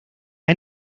han